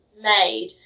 made